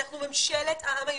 אנחנו ממשלת העם היהודי,